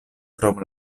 krom